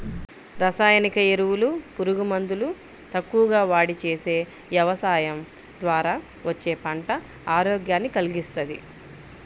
రసాయనిక ఎరువులు, పురుగు మందులు తక్కువగా వాడి చేసే యవసాయం ద్వారా వచ్చే పంట ఆరోగ్యాన్ని కల్గిస్తది